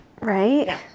right